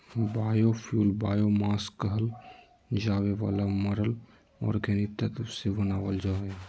biofuel biomass कहल जावे वाला मरल ऑर्गेनिक तत्व से बनावल जा हइ